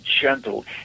gentle